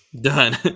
Done